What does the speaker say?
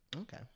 Okay